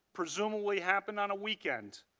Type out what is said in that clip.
presumably happened on a weekend.